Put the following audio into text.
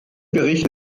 bericht